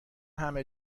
همه